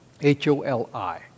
H-O-L-I